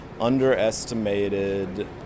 underestimated